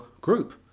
group